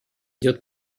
идет